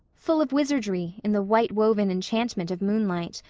full of wizardry in the white-woven enchantment of moonlight.